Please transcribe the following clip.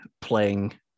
playing